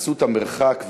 בחסות המרחק,